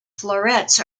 florets